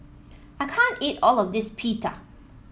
I can't eat all of this Pita